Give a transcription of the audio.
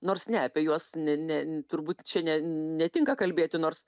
nors ne apie juos ne ne turbūt čia ne netinka kalbėti nors